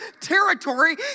territory